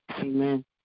Amen